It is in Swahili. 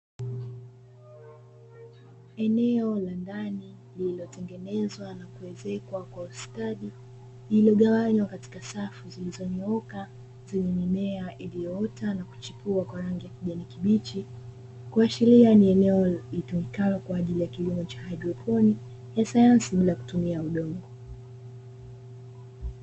Eneo la ndani lililotengenezwa na kuezekwa kwa ustadi, limegawanywa katika safi zilizonyooka zenye mimea iliyoota na kuchipua kwa rangi ya kijani kibichi, kuashiria ni eneo litumikalo kwa kilimo cha haidroponi ya sayansi bila kutumia udongo.